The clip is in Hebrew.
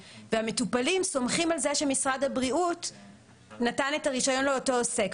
והמטופלים סומכים על זה שמשרד הבריאות נתן את הרישיון לאותו עוסק.